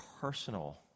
personal